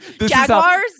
jaguars